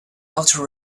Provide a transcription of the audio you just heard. outer